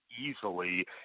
easily